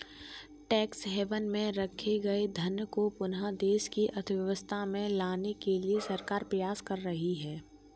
tax haven में रखे गए धन को पुनः देश की अर्थव्यवस्था में लाने के लिए सरकार प्रयास कर रही है